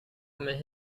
kommit